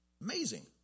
Amazing